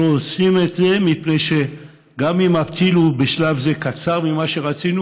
אנחנו עושים את זה מפני שגם אם הפתיל בשלב זה קצר ממה שרצינו,